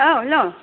औ हेलौ